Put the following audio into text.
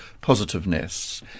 positiveness